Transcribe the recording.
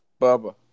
Bubba